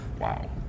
Wow